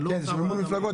זה של מימון מפלגות.